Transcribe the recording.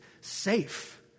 safe